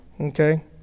Okay